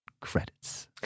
Credits